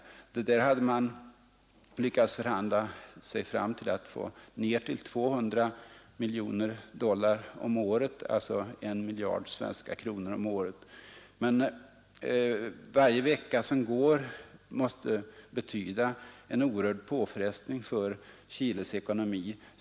Det hade man nu lyckats förhandla ned till 200 miljoner dollar om året, alltså I miljard svenska kronor om året. Men varje vecka som går måste betyda en oerhörd påfrestning för Chiles ekonomi.